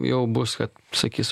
jau bus kad sakys